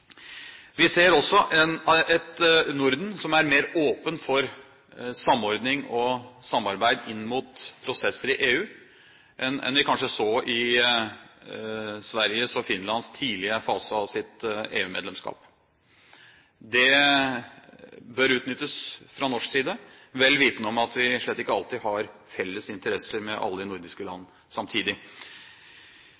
Vi ser også et Norden som er mer åpent for samordning og samarbeid inn mot prosesser i EU enn vi kanskje så i Sveriges og Finlands tidlige fase av deres EU-medlemskap. Det bør utnyttes fra norsk side, vel vitende om at vi slett ikke alltid har felles interesse med alle nordiske land